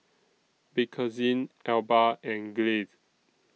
Bakerzin Alba and Glade